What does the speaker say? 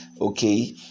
okay